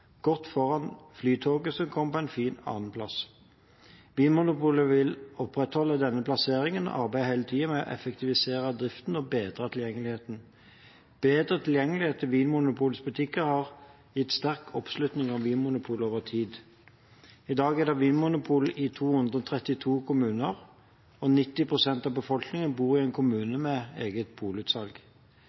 godt foran Flytoget, som kom på en fin annenplass. Vinmonopolet vil opprettholde denne plasseringen og arbeider hele tiden med å effektivisere driften og bedre tilgjengeligheten. Bedre tilgjengelighet til Vinmonopolets butikker har gitt sterk oppslutning om Vinmonopolet over tid. I dag er det vinmonopol i 232 kommuner, og 90 pst. av befolkningen bor i en kommune med eget polutsalg.